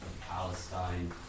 Palestine